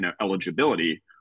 eligibility